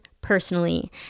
personally